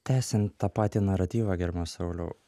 tęsiant tą patį naratyvą gerbiamas sauliau